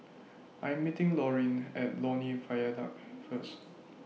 I Am meeting Laureen At Lornie Viaduct First